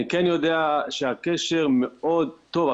אני כן יודע שהקשר מאוד טוב,